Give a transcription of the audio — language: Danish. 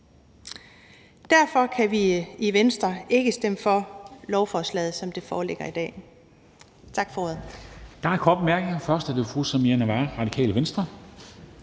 Derfor kan vi i Venstre ikke stemme for lovforslaget, som det foreligger i dag.